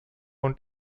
und